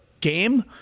game